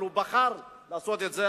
אבל הוא בחר לעשות את זה.